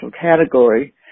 category